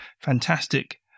fantastic